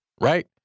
right